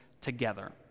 together